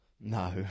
No